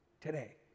today